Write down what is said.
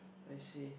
I see